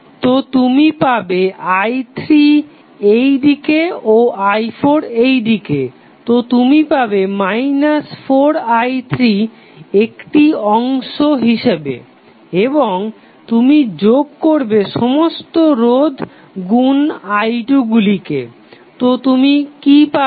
তো তুমি পাবে i3 এই দিকে ও i4 এইদিকে তো তুমি পাবে 4i3 একটি অংশ হিসাবে এবং তুমি যোগ করবে সমস্ত রোধ গুন i2 গুলিকে তো তুমি কি পাবে